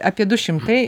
apie du šimtai